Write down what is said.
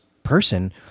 person